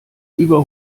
über